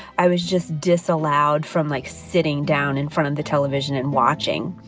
i was just disallowed from, like, sitting down in front of the television and watching.